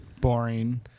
Boring